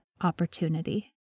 opportunity